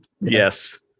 Yes